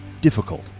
difficult